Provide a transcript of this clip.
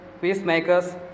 peacemakers